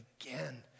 again